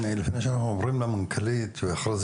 לפני שאנחנו עוברים למנכ"לית, אחרי זה